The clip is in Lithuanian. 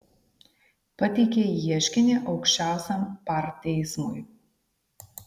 pateikė ieškinį aukščiausiajam par teismui